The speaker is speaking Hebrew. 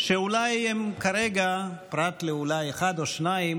שאולי הם כרגע, פרט לאחד או שניים